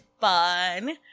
fun